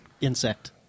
insect